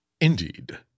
Indeed